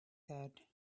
said